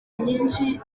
nyinshi